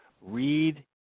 Read